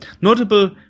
notable